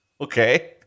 Okay